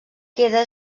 queda